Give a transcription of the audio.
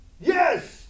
yes